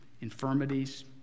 infirmities